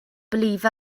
believe